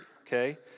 okay